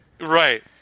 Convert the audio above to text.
Right